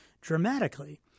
dramatically